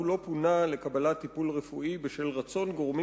הוא לא פונה לקבלת טיפול רפואי בשל רצון גורמים